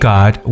God